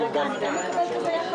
לא אביא את ההצבעה על הרביזיה מייד.